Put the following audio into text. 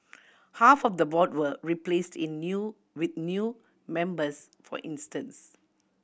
half of the board were replaced in new with new members for instance